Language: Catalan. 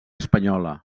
espanyola